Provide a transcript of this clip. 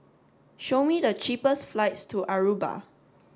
show me the cheapest flights to Aruba